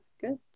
good